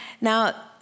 Now